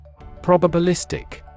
Probabilistic